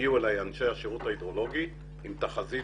הגיעו אלי אנשי השירות ההידרולוגי עם תחזית